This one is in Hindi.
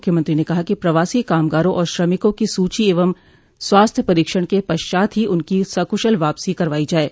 मुख्यमंत्री ने कहा है कि प्रवासी कामगारों और श्रमिकों की सूची एवं स्वास्थ्य परीक्षण के पश्चात ही उनकी सकुशल वापसी करवाई जाये